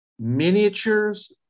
miniatures